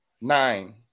nine